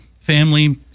family